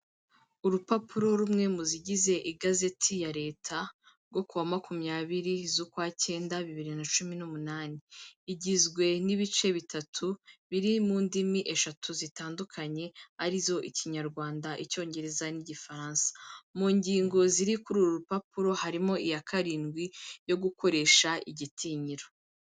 Urupapuro rumwe mu zigize igazeti ya leta, rwo ku wa makumyabiri z'ukwa cyenda bibiri na cumi n'umunani, igizwe n'ibice bitatu biri mu ndimi eshatu zitandukanye, arizo: Ikinyarwanda, Icyongereza n'Igifaransa. Mu ngingo ziri kuri uru rupapuro harimo iya karindwi yo gukoresha igitinyiro.